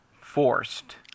forced